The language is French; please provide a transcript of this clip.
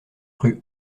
rue